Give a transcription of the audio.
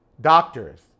doctors